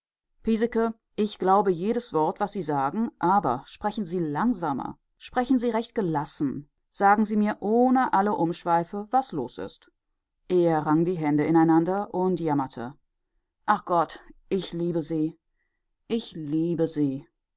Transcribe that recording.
ich glaube jedes wort was sie sagen aber sprechen sie langsamer sprechen sie recht gelassen sagen sie mir ohne alle umschweife was los ist er rang die hände ineinander und jammerte ach gott ich liebe sie ich liebe sie